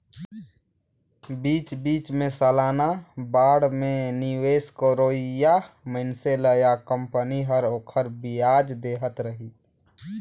बीच बीच मे सलाना बांड मे निवेस करोइया मइनसे ल या कंपनी हर ओखर बियाज देहत रही